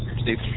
Steve